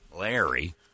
Larry